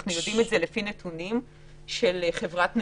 אנחנו יודעים את זה לפי נתונים של חברת "נאורה",